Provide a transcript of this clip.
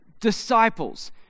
disciples